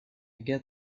get